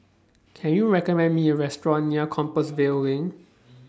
Can YOU recommend Me A Restaurant near Compassvale LINK